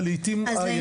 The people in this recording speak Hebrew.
ולעיתים היחידי שקיים.